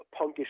punkish